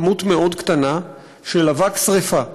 כמות מאוד קטנה של אבק שרפה.